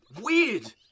weird